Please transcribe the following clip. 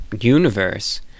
universe